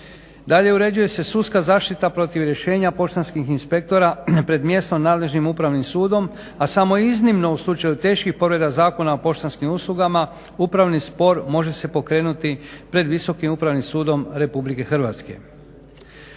Dalje uređuje se sudska zaštita protiv rješenja poštanskih inspektora pred mjesno nadležnim upravnim sudom a samo je iznimno u slučaju teških povreda Zakona o poštanski uslugama upravni spor može se pokrenuti pred Visokim upravnim sudom Republike Hrvatske.